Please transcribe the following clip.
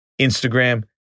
instagram